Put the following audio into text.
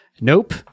Nope